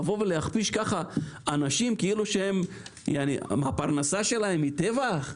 להכפיש כך אנשים כאילו שהפרנסה שלהם היא טבח?